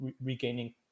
regaining